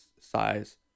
size